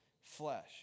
flesh